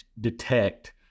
detect